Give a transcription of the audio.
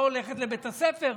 לא הולכת לבית הספר.